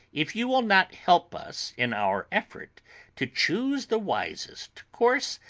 if you will not help us in our effort to choose the wisest course,